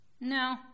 no